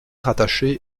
rattachée